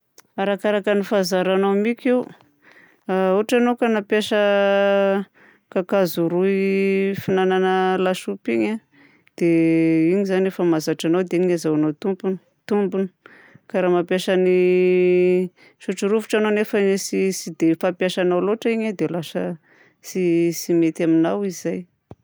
Arakaraka ny fahazaranao miky io: a ohatra ianao ka nampiasa kakazo roy fihignana lasopy igny a dia igny izany no efa mahazatra anao dia igny no ahazoanao tompony- tombony. Ka raha mampiasa ny sotrorovitra ianao anefany tsy dia fampiasanao loatra igny a dia lasa tsy tsy mety aminao izy izay.